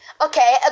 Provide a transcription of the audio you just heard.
okay